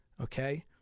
Okay